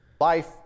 life